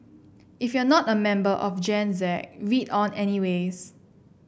if you're not a member of Gen Z read on anyways